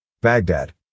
Baghdad